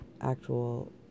actual